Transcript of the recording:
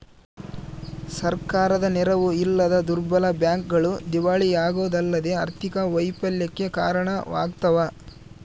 ಸರ್ಕಾರದ ನೆರವು ಇಲ್ಲದ ದುರ್ಬಲ ಬ್ಯಾಂಕ್ಗಳು ದಿವಾಳಿಯಾಗೋದಲ್ಲದೆ ಆರ್ಥಿಕ ವೈಫಲ್ಯಕ್ಕೆ ಕಾರಣವಾಗ್ತವ